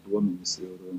duomenys ir